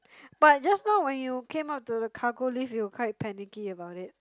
but just now when you came out to the cargo lift you were quite panicky about it